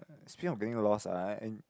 speaking of being lost ah I in